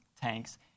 tanks